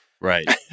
right